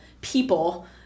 people